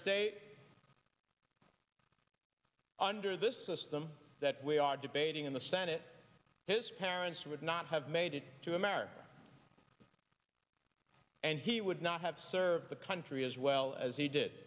state under this system that we are debating in the senate his parents would not have made it to america and he would not have served the country as well as he did